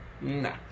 Nah